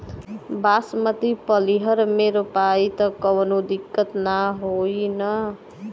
बासमती पलिहर में रोपाई त कवनो दिक्कत ना होई न?